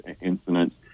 incidents